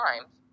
times